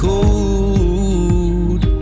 Cold